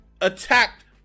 attacked